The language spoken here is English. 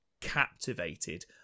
captivated